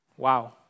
Wow